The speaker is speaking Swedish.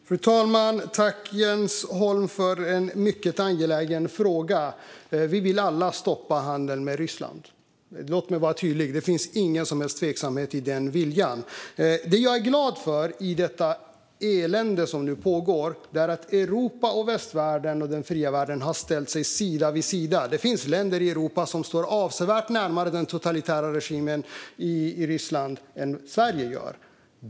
Fru talman! Tack, Jens Holm, för en mycket angelägen fråga! Vi vill alla stoppa handeln med Ryssland. Låt mig vara tydlig: Det finns ingen som helst tveksamhet kring den viljan. Det jag är glad för i det elände som nu pågår är att Europa och västvärlden, den fria världen, har ställt sig sida vid sida. Det finns länder i Europa som står avsevärt närmare den totalitära regimen i Ryssland än Sverige gör.